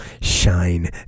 shine